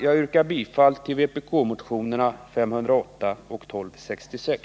Jag yrkar bifall till vpk-motionerna 508 och 1266.